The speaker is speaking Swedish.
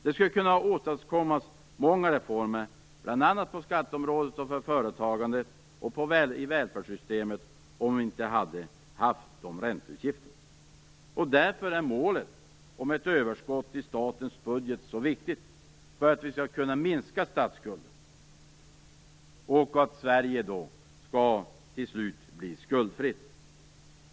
Det skulle kunna åstadkommas många reformer bl.a. på skatteområdet, för företagandet och i välfärdssystemet om vi inte hade haft dessa ränteutgifter. Därför är målet om ett överskott i statens budget så viktigt för att vi skall kunna minska statsskulden och för att Sverige till slut skall kunna bli skuldfritt.